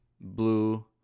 blue